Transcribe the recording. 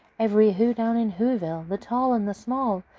every who down in whoville, the tall and the small,